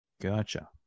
Gotcha